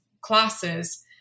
classes